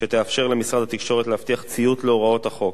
ותאפשר למשרד התקשורת להבטיח ציות להוראות החוק,